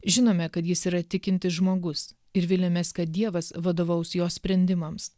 žinome kad jis yra tikintis žmogus ir viliamės kad dievas vadovaus jo sprendimams